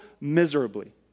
miserably